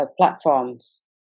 platforms